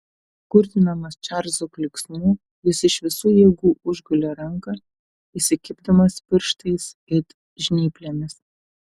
kurtinamas čarlzo klyksmų jis iš visų jėgų užgulė ranką įsikibdamas pirštais it žnyplėmis